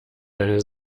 deine